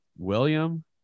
William